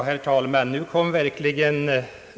Herr talman!